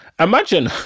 Imagine